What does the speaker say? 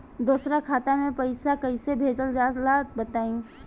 दोसरा खाता में पईसा कइसे भेजल जाला बताई?